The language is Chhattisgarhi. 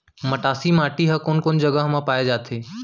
मटासी माटी हा कोन कोन जगह मा पाये जाथे?